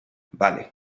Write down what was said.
vale